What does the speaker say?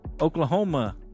Oklahoma